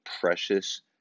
precious